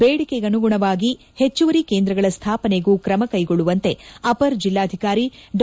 ಬೇಡಿಕೆಗೆನುಗುಣವಾಗಿ ಹೆಚ್ಚುವರಿ ಕೇಂದ್ರಗಳ ಸ್ವಾಪನೆಗೂ ಕ್ರಮ ಕೈಗೊಳ್ಳುವಂತೆ ಅಪರ ಜಿಲ್ಲಾಧಿಕಾರಿ ಡಾ